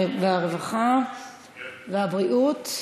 הרווחה והבריאות.